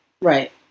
Right